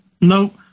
no